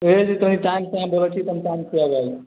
कहलियै जे हम टाइमसँ अहाँ बोलै छी तऽ हम टाइम सँ एबै